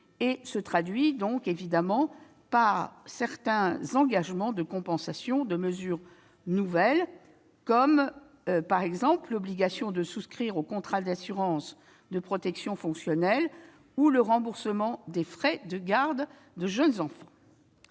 Elle se traduit par certains engagements de compensation de mesures nouvelles, comme l'obligation de souscrire un contrat d'assurance de protection fonctionnelle ou le remboursement des frais de garde de jeunes enfants.